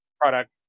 product